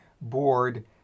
board